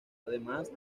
además